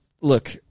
look